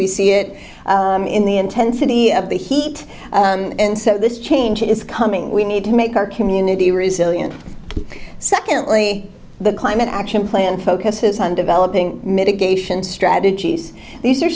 we see it in the intensity of the heat and so this change is coming we need to make our community resilient secondly the climate action plan focuses on developing mitigation strategies these are